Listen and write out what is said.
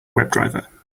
webdriver